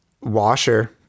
washer